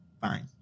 Fine